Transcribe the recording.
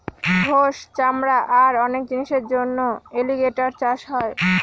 গোস, চামড়া আর অনেক জিনিসের জন্য এলিগেটের চাষ হয়